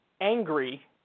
angry